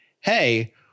hey